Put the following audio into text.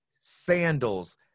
sandals